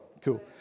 Cool